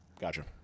gotcha